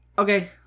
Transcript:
Okay